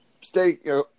stay